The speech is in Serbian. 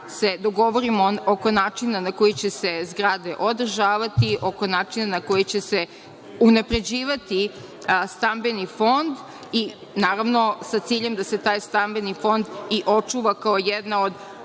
se dogovorimo oko načina na koji će se zgrade održavati oko načina na koji će se unapređivati stambeni fond i, naravno, sa ciljem da se taj stambeni fond i očuva kao jedna od